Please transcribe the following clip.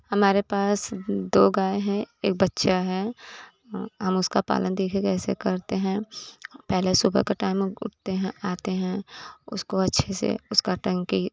हमारे पास दो गाय हैं एक बच्चा हैं हम उसका पालन देखे कैसे करते हैं पहले सुबह का टाइम हम उठते हैं आते हैं उसको अच्छे से उसका टंकी